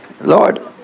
Lord